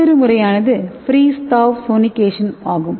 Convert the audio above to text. மற்றொரு முறையானது freeze thaw sonication ஆகும்